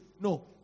No